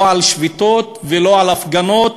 לא על שביתות ולא הפגנות,